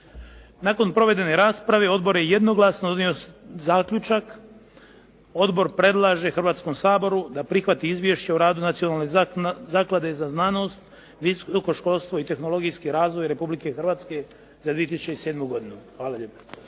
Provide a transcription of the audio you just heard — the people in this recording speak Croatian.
Nakon provedene rasprave odbor je jednoglasno donio zaključak, Odbor predlaže Hrvatskom saboru da prihvati Izvješće o radu Nacionalne zaklade za znanost, visoko školstvo i tehnologijski razvoj Republike Hrvatske za 2007. godinu. Hvala lijepo.